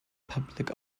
public